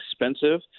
expensive